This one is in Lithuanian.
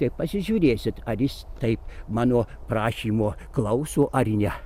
tai pasižiūrėsit ar jis taip mano prašymo klauso ar ne